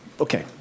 Okay